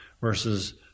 versus